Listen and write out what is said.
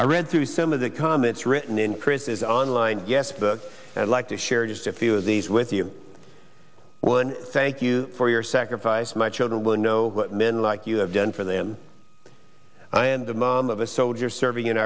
i read through some of the comet's written in chris's online yes the i'd like to share just a few of these with you one thank you for your sacrifice my children will know what men like you have done for them i am the mom of a soldier serving in